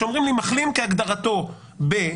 כשאומרים לי מחלים כהגדרתו ב-,